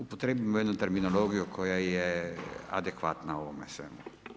Upotrijebimo jednu terminologiju koja je adekvatna u ovome svemu.